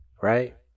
right